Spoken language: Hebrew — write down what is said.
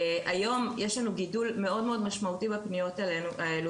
היום יש לנו גידול מאוד משמעותי בפניות האלה